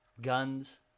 guns